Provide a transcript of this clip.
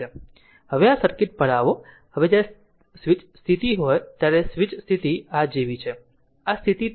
હવે આ સર્કિટ પર આવો હવે જ્યારે સ્વીચ સ્થિતિ હોય ત્યારે સ્વિચ સ્થિતિ આ જેવી છે આ સ્થિતિ ત્યાં નથી